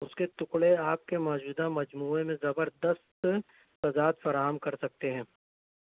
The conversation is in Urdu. اس کے ٹکڑے آپ کے موجودہ مجموعے میں زبردست تضاد فراہم کر سکتے ہیں